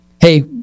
hey